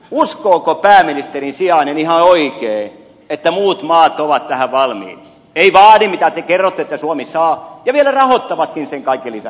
uskooko pääministerin sijainen ihan oikein että muut maat ovat tähän valmiit eivät vaadi sitä mitä te kerrotte että suomi saa ja vielä rahoittavatkin sen kaiken lisäksi